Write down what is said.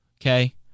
Okay